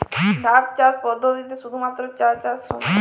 ধাপ চাষ পদ্ধতিতে শুধুমাত্র চা চাষ সম্ভব?